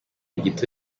gito